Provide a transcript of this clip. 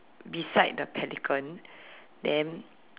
beside the pelican then